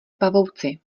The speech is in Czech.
pavouci